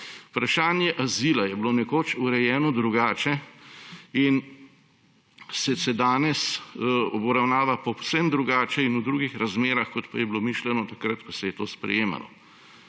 Vprašanje azila je bilo nekoč urejeno drugače in se danes obravnava povsem drugače in v drugih razmerah, kot pa je bilo mišljeno takrat, ko se je to sprejemalo.